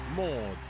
more